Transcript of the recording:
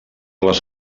les